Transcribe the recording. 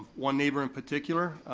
one neighbor in particular,